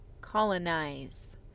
colonize